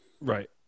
Right